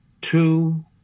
two